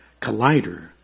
Collider